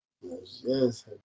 yes